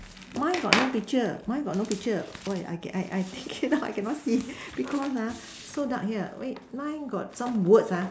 mine got no picture mine got no picture wait I I I I cannot see because ah so dark here wait mine got some words ah